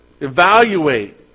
Evaluate